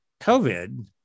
covid